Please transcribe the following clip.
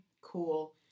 cool